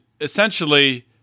essentially